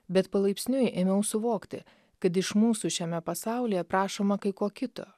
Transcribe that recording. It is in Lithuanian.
bet palaipsniui ėmiau suvokti kad iš mūsų šiame pasaulyje prašoma kai ko kito